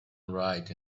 right